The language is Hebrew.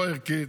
לא ערכית,